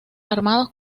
armados